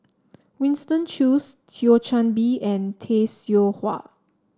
Winston Choos Thio Chan Bee and Tay Seow Huah